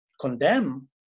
condemn